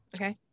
Okay